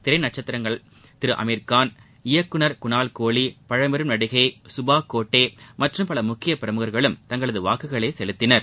திரைநட்சத்திரங்கள் திரு அமிர்கான் இயக்குநர் குணால்கோலி பழம்பெறும் நடிகை சுபா கோட்டே மற்றும் பல முக்கிய பிரமுகர்களும் தங்களது வாக்குகளை செலுத்தினர்